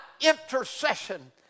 intercession